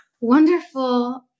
wonderful